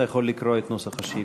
אתה יכול לקרוא את נוסח השאילתה.